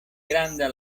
granda